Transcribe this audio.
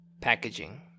packaging